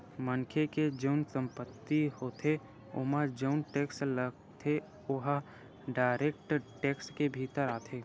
मनखे के जउन संपत्ति होथे होथे ओमा जउन टेक्स लगथे ओहा डायरेक्ट टेक्स के भीतर आथे